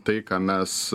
tai ką mes